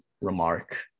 remark